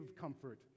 comfort